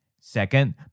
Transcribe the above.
Second